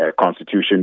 constitution